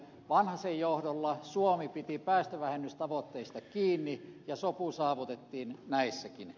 vanhasen johdolla suomi piti päästövähennystavoitteista kiinni ja sopu saavutettiin näissäkin